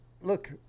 Look